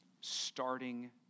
starting